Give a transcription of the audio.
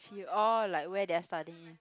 fi~ orh like where they're studying in